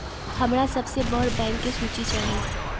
हमरा सबसे बड़ बैंक के सूची चाहि